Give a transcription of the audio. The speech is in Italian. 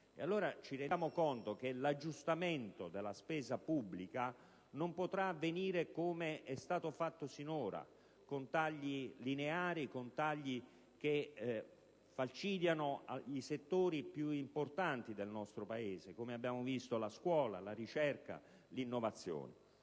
Ci rendiamo allora conto che l'aggiustamento della spesa pubblica non potrà avvenire come è stato fatto finora, con tagli lineari, con tagli che falcidiano i settori più importanti del nostro Paese: la scuola, la ricerca, l'innovazione.